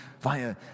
via